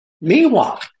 Meanwhile